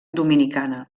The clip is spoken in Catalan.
dominicana